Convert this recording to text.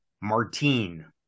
Martine